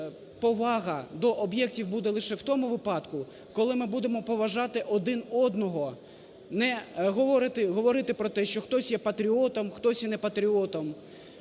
повага до об'єктів буде лише в тому випадку, коли ми будемо поважати один одного. Не говорити про те, що хтось є патріотом, хтось є непатріотом,